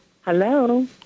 Hello